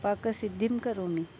पाकसिद्धिं करोमि